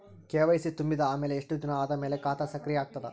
KYC ತುಂಬಿದ ಅಮೆಲ ಎಷ್ಟ ದಿನ ಆದ ಮೇಲ ಖಾತಾ ಸಕ್ರಿಯ ಅಗತದ?